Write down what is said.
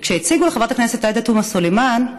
כשהציגו לחברת הכנסת עאידה תומא סלימאן,